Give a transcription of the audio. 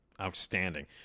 Outstanding